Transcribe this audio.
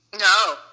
No